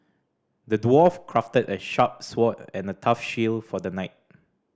the dwarf crafted a sharp sword and a tough shield for the knight